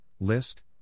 LIST